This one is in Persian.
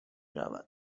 رود